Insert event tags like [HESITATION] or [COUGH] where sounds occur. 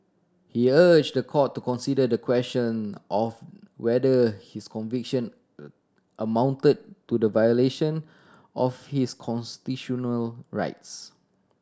he urged the court to consider the question of whether his conviction [HESITATION] amounted to the violation of his constitutional rights